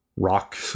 rock